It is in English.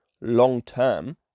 long-term